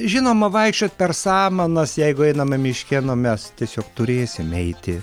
žinoma vaikščiot per samanas jeigu einame miške nu mes tiesiog turėsim eiti